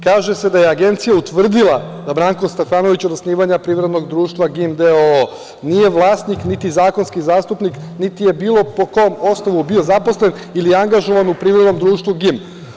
Kaže se da je Agencija utvrdila da Branko Stefanović, od osnivanja Privrednog društva „GIN“ d.o.o. nije vlasnik, niti zakonski zastupnik, niti je bilo po kom osnovu bio zaposlen ili angažovan u Privrednom društvu „GIM“